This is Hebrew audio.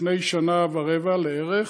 לפני שנה ורבע בערך,